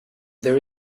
there